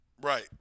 right